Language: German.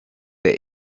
der